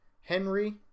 Henry